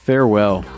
Farewell